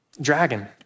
dragon